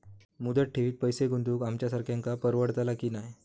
मुदत ठेवीत पैसे गुंतवक आमच्यासारख्यांका परवडतला की नाय?